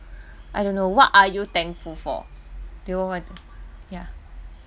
I don't know what are you thankful for ya